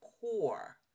core